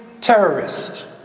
terrorist